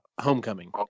Homecoming